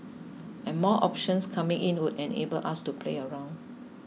and more options coming in would enable us to play around